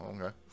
okay